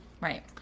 Right